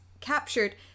captured